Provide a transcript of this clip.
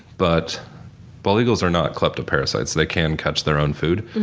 but bald eagles are not kleptoparasites. they can catch their own food,